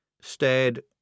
stared